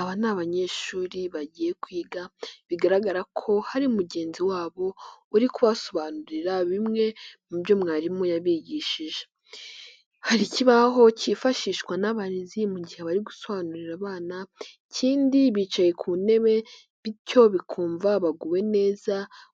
Aba ni abanyeshuri bagiye kwiga bigaragara ko hari mugenzi wabo uri kubasobanurira bimwe mu byo mwarimu yabigishije, hari ikibaho cyifashishwa n'abarezi mu gihe bari gusobanurira abana, ikindi bicaye ku ntebe bityo bakumva baguwe neza